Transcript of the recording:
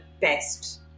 best